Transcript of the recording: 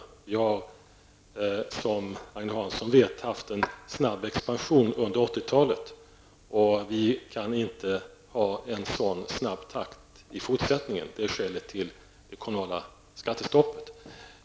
Det har, som Agne Hansson vet, varit en snabb expansion under 80-talet, och vi kan inte ha en sådan snabb takt i fortsättningen. Det är skälet till det kommunala skattestoppet.